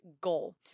goal